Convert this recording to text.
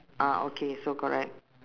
ah okay so correct